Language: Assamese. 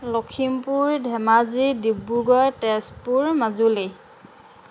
লখিমপুৰ ধেমাজি ডিব্ৰুগড় তেজপুৰ মাজুলী